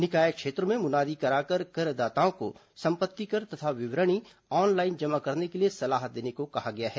निकाय क्षेत्रों में मुनादी कराकर करदाताओं को सम्पत्ति कर तथा विवरणी ऑनलाइन जमा करने के लिए सलाह देने कहा गया है